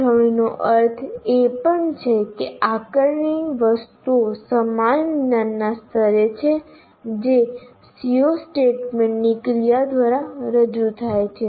ગોઠવણીનો અર્થ એ પણ છે કે આકારણીની વસ્તુઓ સમાન જ્ઞાનના સ્તરે છે જે CO સ્ટેટમેન્ટની ક્રિયા દ્વારા રજૂ થાય છે